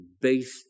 based